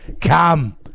come